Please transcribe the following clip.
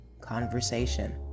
conversation